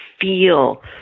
feel